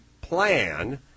plan